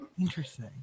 interesting